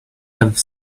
have